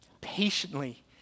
patiently